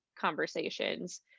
conversations